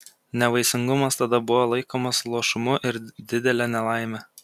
nevaisingumas tada buvo laikomas luošumu ir didele nelaime